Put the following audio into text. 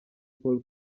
paul